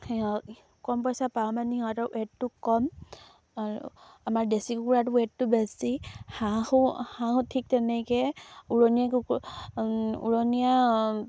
কম পইচা পাওঁ মানে সিহঁতৰ ৱেটটো কম আৰু আমাৰ দেশী কুকুৰাৰ ৱেটটো বেছি হাঁহো হাঁহো ঠিক তেনেকৈ উৰণীয়া কুকুৰা উৰণীয়া